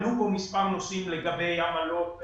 עלו כאן מספר נושאים לגבי עמלות,